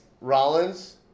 Rollins